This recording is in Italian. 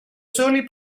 soli